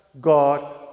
God